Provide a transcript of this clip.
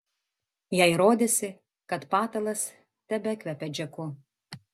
jai rodėsi kad patalas tebekvepia džeku